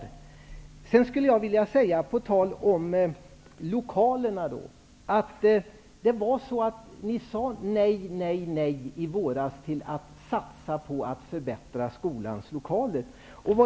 På tal om lokalerna skulle jag vilja säga att i våras sade ni nej, nej, nej till att satsa på att förbättra skolornas lokaler.